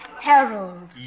Harold